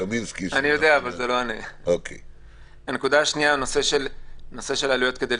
--- אני רוצה להסביר את נושא העלויות.